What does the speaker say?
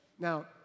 Now